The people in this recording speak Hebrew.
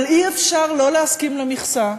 אבל אי-אפשר לא להסכים למכסה,